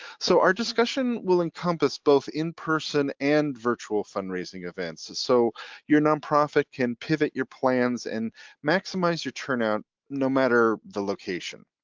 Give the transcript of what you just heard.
so our discussion will encompass, both in-person and virtual fundraising events so your nonprofit can pivot your plans and maximize your turnout no matter the location.